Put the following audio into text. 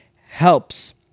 Helps